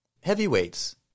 heavyweights